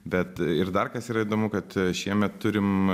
bet ir dar kas yra įdomu kad šiemet turim